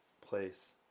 place